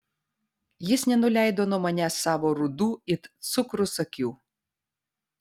jis nenuleido nuo manęs savo rudų it cukrus akių